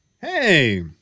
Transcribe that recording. hey